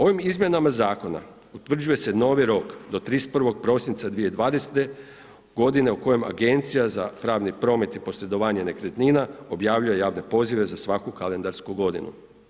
Ovim izmjenama zakona utvrđuje se novi rok do 31. prosinca 2020. godine u kojoj Agencija za pravni promet i posredovanje nekretnina objavljuje javne pozive za svaku kalendarsku godinu.